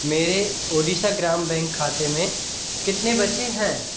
मेरे ओडिशा ग्राम बैंक खाते में कितने बचे हैं